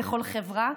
בכל חברה,